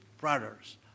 brothers